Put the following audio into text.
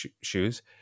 shoes